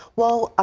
well, ah